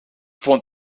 vond